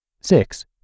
Six